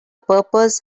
purpose